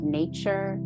nature